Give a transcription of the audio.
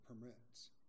permits